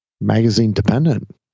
magazine-dependent